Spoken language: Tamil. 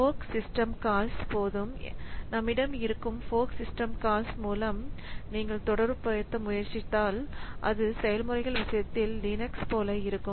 ஃபோர்க் சிஸ்டம் கால்ஸ் போது நம்மிடம் இருக்கும் ஃபோர்க் சிஸ்டம் கால்ஸ் மூலம் நீங்கள் தொடர்புபடுத்த முயற்சித்தால் அது செயல்முறைகள் விஷயத்தில் லினக்ஸ் போல இருக்கும்